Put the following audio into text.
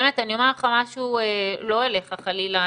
באמת אני אומר לך משהו, לא אליך חלילה,